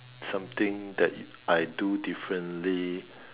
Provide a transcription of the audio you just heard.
something that I do differently